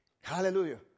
Hallelujah